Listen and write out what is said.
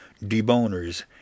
deboners